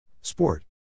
Sport